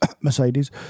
Mercedes